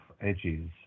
edges